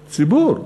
הציבור.